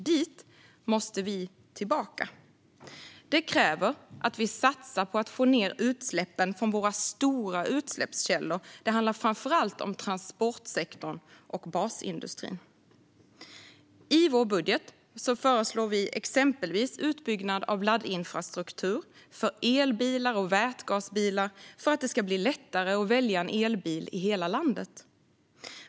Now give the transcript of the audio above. Dit måste vi tillbaka. Då krävs det att vi satsar på att få ned utsläppen från våra stora utsläppskällor. Det handlar framför allt om transportsektorn och basindustrin. I vår budget föreslår vi exempelvis utbyggnad av laddinfrastruktur för elbilar och vätgasbilar, för att det ska bli lättare att välja en elbil i hela landet.